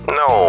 no